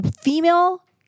female